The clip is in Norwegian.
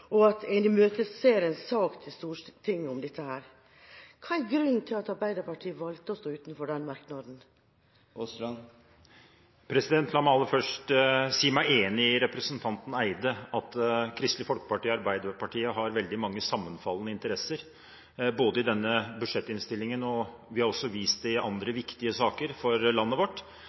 og at en imøteser en sak til Stortinget om dette. Hva er grunnen til at Arbeiderpartiet valgte å stå utenfor denne merknaden? La meg aller først si meg enig med representanten Eide i at Kristelig Folkeparti og Arbeiderpartiet har veldig mange sammenfallende interesser i denne budsjettinnstillingen, og det har vi vist i andre viktige saker for landet vårt,